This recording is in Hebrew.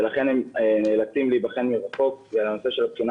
ולכן הם נאלצים להיבחן מרחוק כי בנושא של הבחינה